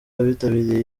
abitabiriye